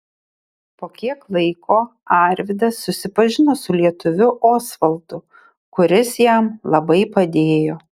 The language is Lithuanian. po kiek laiko arvydas susipažino su lietuviu osvaldu kuris jam labai padėjo